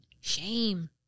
shame